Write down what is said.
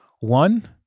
One